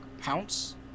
pounce